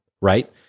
right